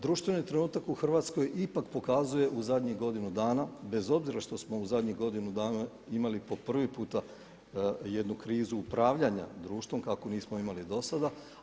Društveni trenutak u Hrvatskoj ipak pokazuje u zadnjih godinu dana bez obzira što smo u zadnjih godinu dana imali po prvi puta jednu krizu upravljanja društvom kakvu nismo imali do sada.